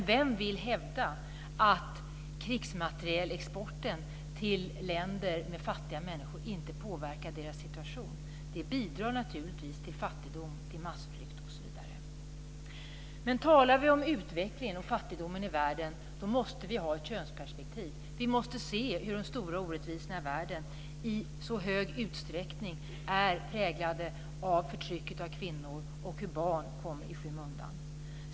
Vem vill hävda att krigsmaterielexporten till länder med fattiga människor inte påverkar deras situation? Den bidrar naturligtvis till fattigdom, massflykt osv. Talar vi om utvecklingen och fattigdomen i världen måste vi ha ett könsperspektiv. Vi måste se hur de stora orättvisorna i världen i hög utsträckning är präglade av förtryck av kvinnor och hur barn kommer i skymundan.